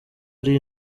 ari